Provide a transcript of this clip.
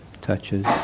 touches